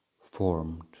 formed